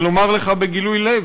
לומר לך בגילוי לב,